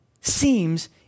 seems